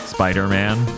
Spider-Man